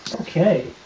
Okay